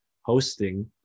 hosting